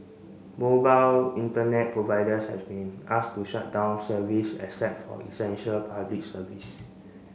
Mobile Internet providers has been asked to shut down service except for essential Public Service